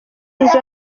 izo